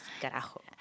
Carajo